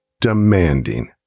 demanding